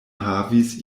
havis